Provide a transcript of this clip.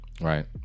Right